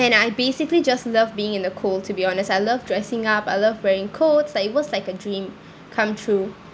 and I basically just love being in the cold to be honest I love dressing up I love wearing coats like it was like a dream come true